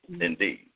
Indeed